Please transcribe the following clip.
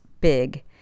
Big